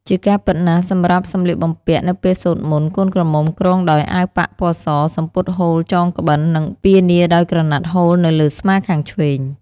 ជាការពិតណាស់ សម្រាប់សំលៀកបំពាក់នៅពេលសូត្រមន្ត កូនក្រមុំគ្រងដោយអាវប៉ាក់ពណ៏ស សំពត់ហូលចងក្បិន និងពានាដោយក្រណាត់ហូលនៅលើស្មាខាងឆ្វេង។